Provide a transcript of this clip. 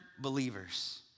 believers